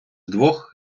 двох